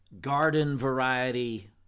garden-variety